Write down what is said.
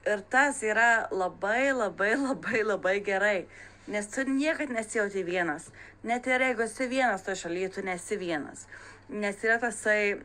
ir tas yra labai labai labai labai gerai nes tu niekad nesijauti vienas net ir jeigu esi vienas toj šaly tu nesi vienas nes yra tasai